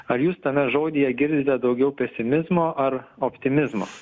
ar jūs tame žodyje girdite daugiau pesimizmo ar optimizmo